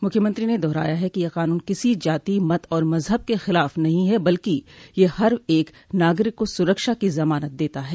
मुख्यमंत्री ने दोहराया है कि यह क़ानून किसी जाति मत और मजहब के खिलाफ नहीं है बल्कि यह हर एक नागरिक को सुरक्षा की जमानत देता है